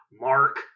Mark